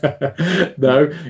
No